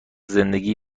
زندگی